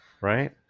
Right